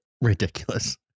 ridiculous